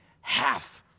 half